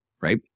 right